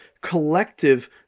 collective